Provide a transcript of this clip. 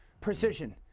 Precision